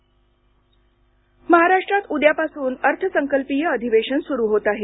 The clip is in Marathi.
महाराष्ट्र महाराष्ट्रात उद्यापासून अर्थसंकल्पीय अधिवेशन सुरू होत आहे